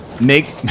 Make